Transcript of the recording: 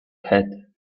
had